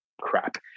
crap